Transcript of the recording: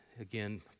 again